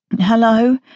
Hello